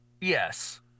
Yes